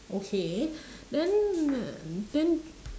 okay then uh then